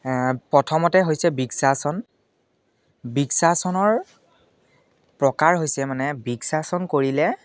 প্ৰথমতে হৈছে বৃক্ষাসন বৃক্ষাসনৰ প্ৰকাৰ হৈছে মানে বৃক্ষাসন কৰিলে